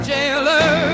Jailer